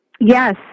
Yes